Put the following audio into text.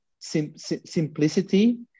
simplicity